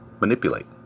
manipulate